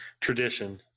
tradition